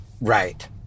right